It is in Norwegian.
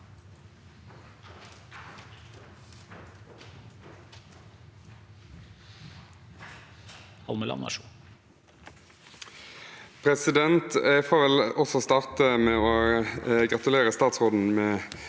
Jeg får vel også starte med å gratulere statsråden